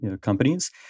companies